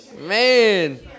Man